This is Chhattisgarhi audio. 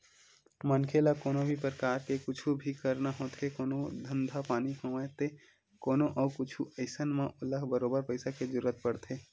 मनखे ल कोनो भी परकार के कुछु भी करना होथे कोनो धंधा पानी होवय ते कोनो अउ कुछु अइसन म ओला बरोबर पइसा के जरुरत पड़थे